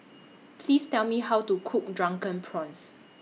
Please Tell Me How to Cook Drunken Prawns